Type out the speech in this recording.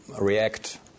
react